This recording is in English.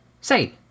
Say